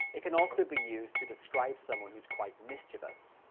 it can also be used to describe someone who's quite mischievous.